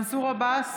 מנסור עבאס,